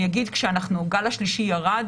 אני אגיד שגל השלישי ירד